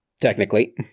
technically